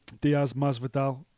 Diaz-Masvidal